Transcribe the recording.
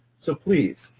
so, please,